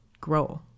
grow